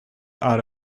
out